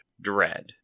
Dread